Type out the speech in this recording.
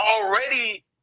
already